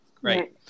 Great